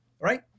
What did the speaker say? Right